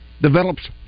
develops